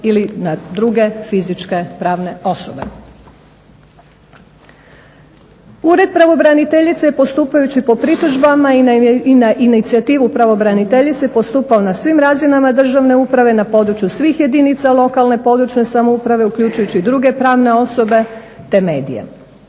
ili na druge fizičke pravne osobe. Ured pravobraniteljice je postupajući po pritužbama i na inicijativu pravobraniteljice postupao na svim razinama državne uprave na području svih jedinica lokalne i područne samouprave uključujući i druge pravne osobe te medije.